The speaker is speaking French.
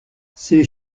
ses